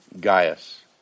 Gaius